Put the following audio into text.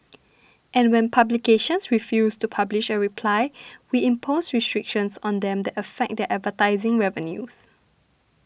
and when publications refuse to publish a reply we impose restrictions on them that affect their advertising revenues